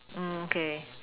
mm okay